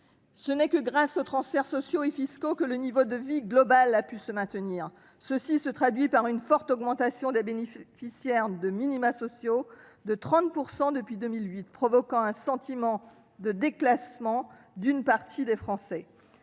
Ce n'est que grâce aux transferts sociaux et fiscaux que le niveau de vie global a pu se maintenir. Cela se traduit par une forte augmentation du nombre des bénéficiaires de minima sociaux, en hausse de 30 % depuis 2008, ce qui a suscité un sentiment de déclassement chez une partie des Français.